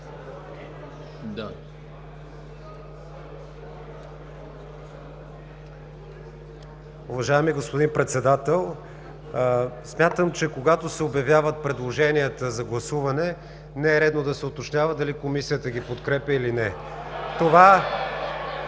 Уважаеми господин Председател! Смятам, че когато се обявяват предложенията за гласуване не е редно да се уточнява дали Комисията ги подкрепя или не. (Силен